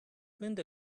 linda